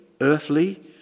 earthly